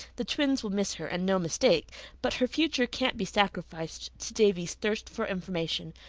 the twins will miss her and no mistake but her future can't be sacrificed to davy's thirst for information.